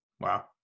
Wow